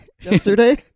yesterday